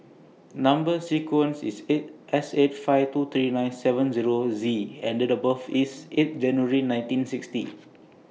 Number sequence IS S eight five two three nine seven Zero Z and Date of birth IS eight January nineteen sixty